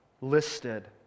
listed